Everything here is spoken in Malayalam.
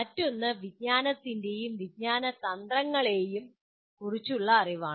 മറ്റൊന്ന് വിജ്ഞാനത്തെയും വിജ്ഞാന തന്ത്രങ്ങളെയും കുറിച്ചുള്ള അറിവാണ്